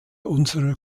unserer